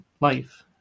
life